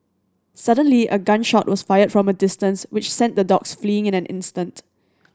suddenly a gun shot was fired from a distance which sent the dogs fleeing in an instant